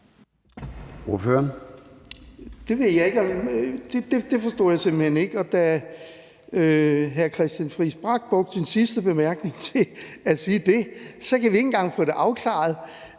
Søndergaard (EL): Det forstod jeg simpelt hen ikke, og da hr. Christian Friis Bach brugte sin sidste bemærkning til at sige det, kan vi ikke engang få det afklaret.